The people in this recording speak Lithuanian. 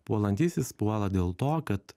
puolantysis puola dėl to kad